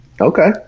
Okay